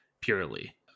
purely